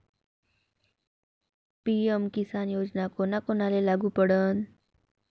PM Kisan योजना कोना कोनाले लागू पडन?